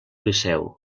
liceu